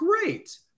great